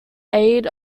aid